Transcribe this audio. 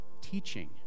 teaching